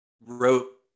wrote